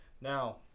Now